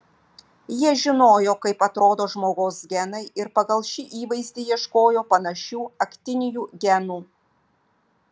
jie žinojo kaip atrodo žmogaus genai ir pagal šį įvaizdį ieškojo panašių aktinijų genų